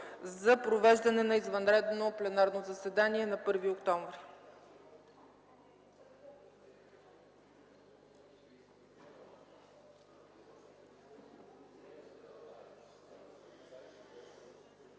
за провеждане на извънредно пленарно заседание на 1 октомври.